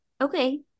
Okay